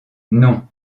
non